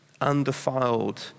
undefiled